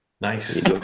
Nice